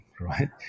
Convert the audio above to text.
right